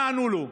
מה ענו לו?